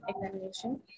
examination